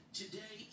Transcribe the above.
today